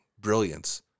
brilliance